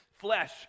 flesh